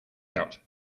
out